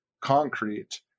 concrete